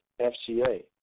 FCA